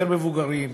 יותר מבוגרים,